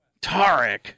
Tarek